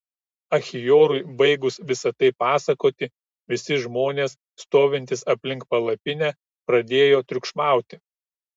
achiorui baigus visa tai pasakoti visi žmonės stovintys aplink palapinę pradėjo triukšmauti